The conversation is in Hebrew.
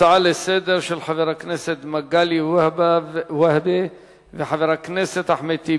הצעות לסדר-היום של חבר הכנסת מגלי והבה וחבר הכנסת אחמד טיבי,